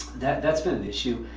that that's been an issue.